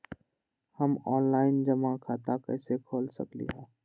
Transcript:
हम ऑनलाइन जमा खाता कईसे खोल सकली ह?